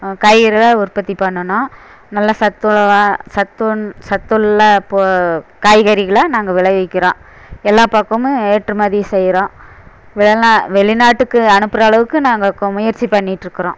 காய்கறிகளை உற்பத்தி பண்ணுனோம் நல்ல உள்ளதாக சத்துண் சத்துள்ள பொ காய்கறிகளை நாங்கள் விளைவிக்கிறோம் எல்லா பக்கமும் ஏற்றுமதி செய்கிறோம் வெளிநா வெளிநாட்டுக்கு அனுப்புகிற அளவுக்கு நாங்கள் முயற்சி பண்ணிகிட்டு இருக்கிறோம்